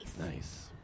Nice